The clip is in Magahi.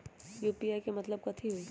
यू.पी.आई के मतलब कथी होई?